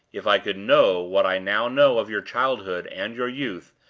if i could know what i now know of your childhood and your youth,